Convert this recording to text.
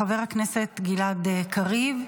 חבר הכנסת גלעד קריב,